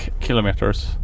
kilometers